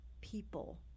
people